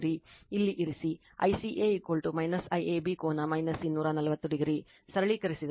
ಇಲ್ಲಿ ಇರಿಸಿ ICA IAB ಕೋನ 240o